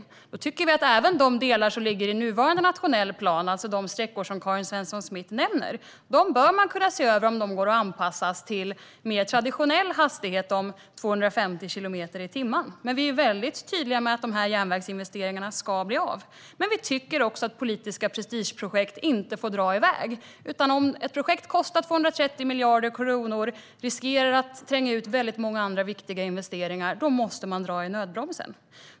Vi tycker att man bör se kunna se över om även de delar som ligger i nuvarande nationell plan - alltså de sträckor som Karin Svensson Smith nämner - går att anpassas till mer traditionell hastighet om 250 kilometer i timmen. Vi är tydliga med att järnvägsinvesteringarna ska bli av, men vi tycker inte att politiska prestigeprojekt får dra iväg. Om ett projekt som kostar 230 miljarder kronor riskerar att tränga ut många andra viktiga investeringar måste man dra i nödbromsen.